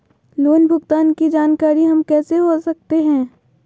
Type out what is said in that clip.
Loan भुगतान की जानकारी हम कैसे हो सकते हैं?